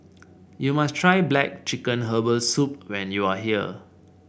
you must try black chicken Herbal Soup when you are here